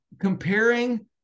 comparing